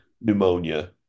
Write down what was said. pneumonia